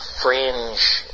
fringe